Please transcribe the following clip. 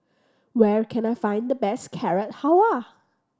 where can I find the best Carrot Halwa